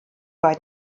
bei